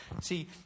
See